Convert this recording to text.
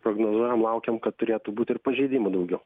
prognozuojam laukiam kad turėtų būti ir pažeidimų daugiau